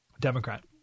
Democrat